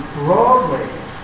broadly